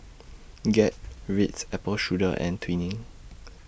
Gap Ritz Apple Strudel and Twinings